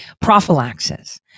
Prophylaxis